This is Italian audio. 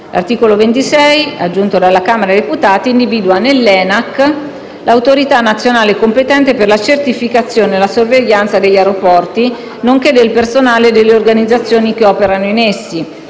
L'articolo 26, aggiunto dalla Camera dei deputati, individua nell'ENAC l'autorità nazionale competente per la certificazione e la sorveglianza degli aeroporti, nonché del personale e delle organizzazioni che operano in essi,